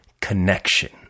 connection